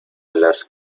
alas